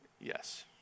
Yes